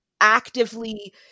actively